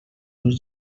meus